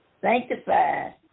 sanctified